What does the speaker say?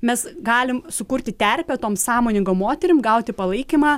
mes galim sukurti terpę tom sąmoningom moterim gauti palaikymą